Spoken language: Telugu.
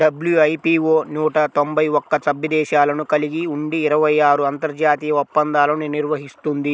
డబ్ల్యూ.ఐ.పీ.వో నూట తొంభై ఒక్క సభ్య దేశాలను కలిగి ఉండి ఇరవై ఆరు అంతర్జాతీయ ఒప్పందాలను నిర్వహిస్తుంది